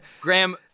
Graham